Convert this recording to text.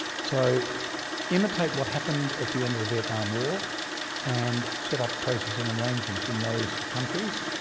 so imitate what happened at the end of the vietnam war and set up processing arrangements in those countries,